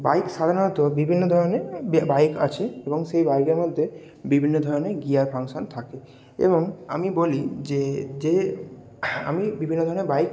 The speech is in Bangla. বাইক সাধারণত বিভিন্ন ধরনের ওই বাইক আছে এবং সেই বাইকের মধ্যে বিভিন্ন ধরনের গিয়ার ফাংশন থাকে এবং আমি বলি যে যে আমি বিভিন্ন ধরনের বাইক